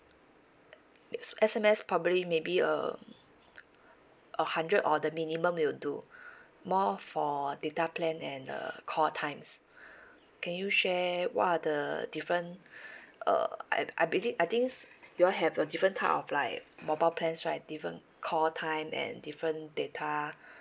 S_M_S probably may be uh a hundred or the minimum will do more for data plan and uh call times can you share what are the different uh I I believe I thinks you all have a different type of like mobile plans right different call time and different data